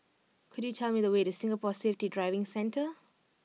could you tell me the way to Singapore Safety Driving Centre